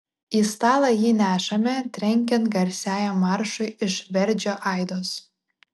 į stalą jį nešame trenkiant garsiajam maršui iš verdžio aidos